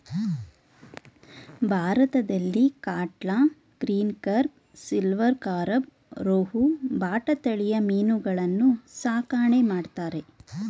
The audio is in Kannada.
ಭಾರತದಲ್ಲಿ catla, green carp, silver carp, rohu, bata ತಳಿಯ ಮೀನುಗಳನ್ನು ಸಾಕಣೆ ಮಾಡ್ತರೆ